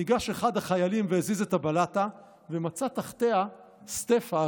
ניגש אחד החיילים והזיז את הבלטה ומצא תחתיה סטפה,